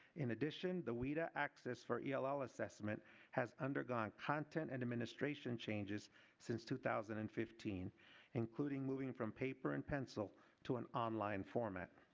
in addition, the wida access for eol assessment has undergone content and administration changes since two thousand and fifteen including moving from paper and pencil to an online format.